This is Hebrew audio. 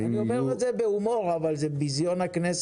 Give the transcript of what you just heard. אני אומר את זה בהומור, אבל זה ביזיון הכנסת.